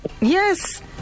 Yes